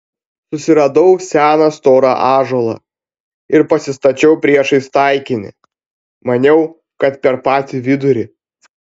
susiradau seną storą ąžuolą ir pasistačiau priešais taikinį maniau kad per patį vidurį